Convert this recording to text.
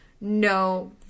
no